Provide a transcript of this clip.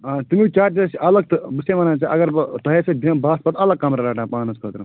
آ تٔمکۍ چارٕج حظ چھِ الگ تہٕ بہٕ چھُسے وَنان ژےٚ اگر بہٕ تۄہَے سۭتۍ بیٚہمہٕ بہٕ آسہٕ پتہٕ الگ کمرٕ رَٹان پانس خٲطرٕ